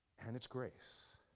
and its grace.